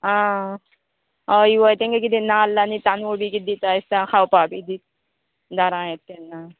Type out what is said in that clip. आं हय वोय तेंगे किदें नाल्ल आनी तांदूळ बी किदें दिता आसता खावपाक बी दारां येता तेन्ना